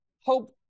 hope